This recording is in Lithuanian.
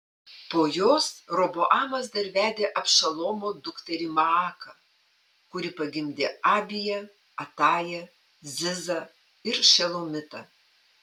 po jos roboamas dar vedė abšalomo dukterį maaką kuri pagimdė abiją atają zizą ir šelomitą